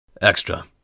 Extra